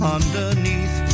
Underneath